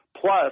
Plus